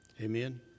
Amen